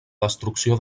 destrucció